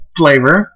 flavor